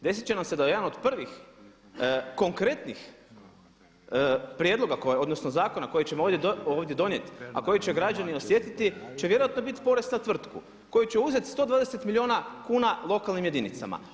Desit će nam se da jedan od prvih konkretnih prijedloga koje, odnosno zakona koje ćemo ovdje donijeti a koji će građani osjetiti će vjerojatno biti porez na tvrtku koji će uzeti 120 milijuna kuna lokalnim jedinicama.